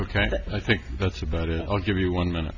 ok i think that's about it i'll give you one minute